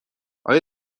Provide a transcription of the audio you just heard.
آیا